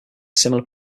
similar